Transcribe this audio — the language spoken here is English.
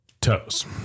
toes